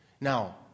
Now